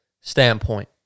standpoint